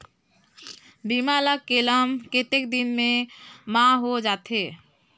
बीमा ला क्लेम कतेक दिन मां हों जाथे?